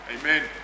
Amen